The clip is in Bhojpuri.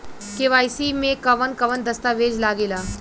के.वाइ.सी में कवन कवन दस्तावेज लागे ला?